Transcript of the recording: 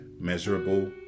measurable